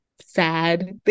sad